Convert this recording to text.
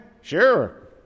sure